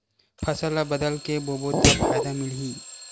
फसल ल बदल के बोबो त फ़ायदा मिलही?